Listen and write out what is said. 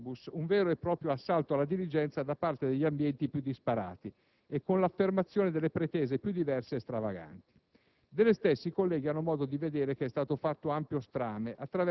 stralci. Ho prima parlato di un disegno di legge *omnibus*, un vero e proprio assalto alla diligenza da parte degli ambienti più disparati, e con l'affermazione delle pretese più diverse e stravaganti.